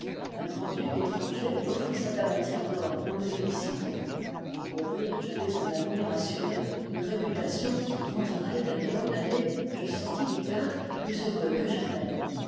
un grand-duc étranger m'offrit sa tabatière d'or en me félicitant je compris que j'avais un avenir assuré une réputation qui grandirait d'année en année je sortis du théâtre plus heureux que jamais